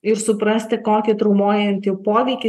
ir suprasti kokį traumuojantį poveikį